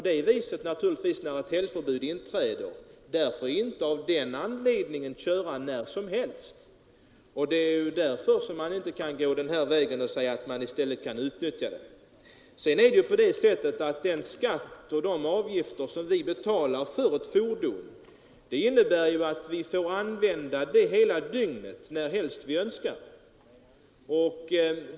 Därför kan man inte utnyttja bilarna mera under andra veckodagar. Att vi betalar skatter och avgifter för ett fordon innebär att vi får använda fordonet under hela dygnet, närhelst vi önskar.